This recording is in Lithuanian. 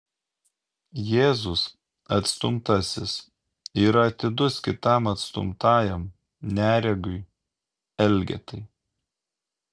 jėzus atstumtasis yra atidus kitam atstumtajam neregiui elgetai